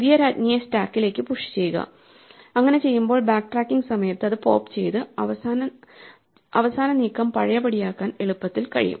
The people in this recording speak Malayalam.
പുതിയ രാജ്ഞിയെ സ്റ്റാക്കിലേക്കു പുഷ് ചെയ്യുക അങ്ങിനെ ചെയ്യുമ്പോൾ ബാക്ക് ട്രാക്കിങ് സമയത്ത് അത് പോപ് ചെയ്തു അവസാന നീക്കം പഴയപടിയാക്കാൻ എളുപ്പത്തിൽ കഴിയും